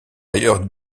ailleurs